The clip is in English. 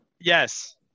Yes